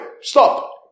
stop